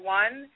one